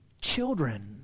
Children